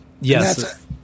yes